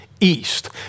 east